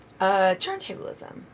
turntablism